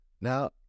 Now